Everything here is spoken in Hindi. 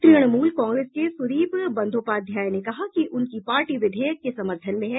तृणमूल कांग्रेस के सूदीप बंदोपाध्याय ने कहा कि उनकी पार्टी विधेयक के समर्थन में है